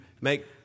make